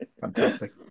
Fantastic